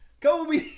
Kobe